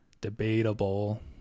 debatable